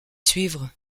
suivre